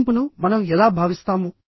ముగింపును మనం ఎలా భావిస్తాము